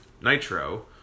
Nitro